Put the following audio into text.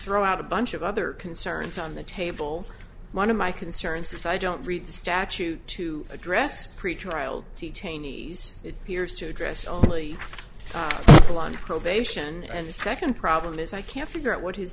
throw out a bunch of other concerns on the table one of my concerns is i don't read the statute to address pretrial detainee's it appears to address only rely on probation and the second problem is i can't figure out what h